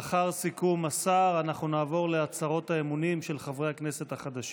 לאחר סיכום השר אנחנו נעבור להצהרות האמונים של חברי הכנסת החדשים.